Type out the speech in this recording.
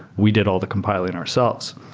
we did all the compiling ourselves.